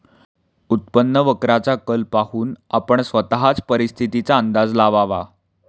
उत्पन्न वक्राचा कल पाहून आपण स्वतःच परिस्थितीचा अंदाज लावावा